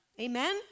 Amen